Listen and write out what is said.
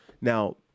Now